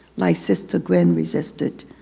like sister gwen resisted.